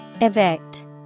Evict